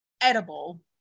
edible